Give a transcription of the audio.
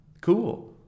cool